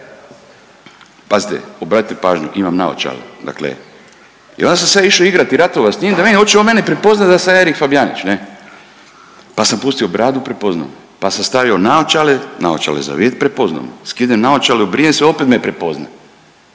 pazite obratite pažnju imam naočale, dakle i onda sam se ja išao igrati ratova s njim da vidim hoće on mene prepoznati da sam ja Erik Fabijanić, ne. Pa sam pustio bradu prepoznao me je, pa sam stavio naočale, naočale za vid prepoznao me je, skinem naočale obrijem se opet me prepozna.